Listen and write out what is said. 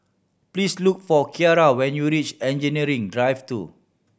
please look for Kiara when you reach Engineering Drive Two